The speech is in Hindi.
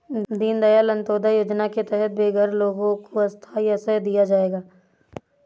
दीन दयाल अंत्योदया योजना के तहत बेघर लोगों को स्थाई आश्रय दिया जाएगा